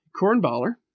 cornballer